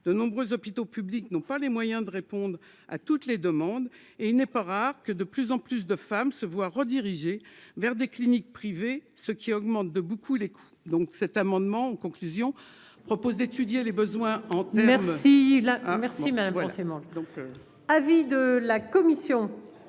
de nombreux hôpitaux publics n'ont pas les moyens de répondre à toutes les demandes et il n'est pas rare que de plus en plus de femmes se voient rediriger vers des cliniques privées, ce qui augmente de beaucoup les coûts donc cet amendement conclusion propose d'étudier les besoins en. Merci la hein, merci madame c'est mon avis de la commission